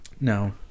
No